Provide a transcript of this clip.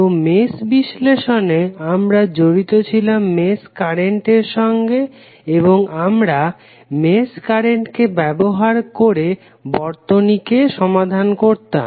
তো মেশ বিশ্লেষণে আমরা আমরা জড়িত ছিলাম মেশ কারেন্টের সঙ্গে এবং আমরা মেশ কারেন্টকে ব্যবহার করে বর্তনীকে সমাধান করতাম